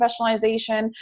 professionalization